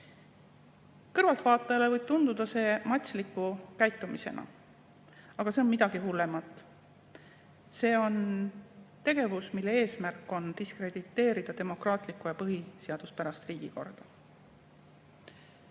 Kõrvaltvaatajale võib tunduda see matsliku käitumisena, aga see on midagi hullemat. See on tegevus, mille eesmärk on diskrediteerida demokraatlikku ja põhiseaduspärast riigikorda. Täna